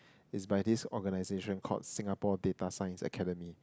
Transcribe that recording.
it's by this organisation called Singapore-data-science-Academy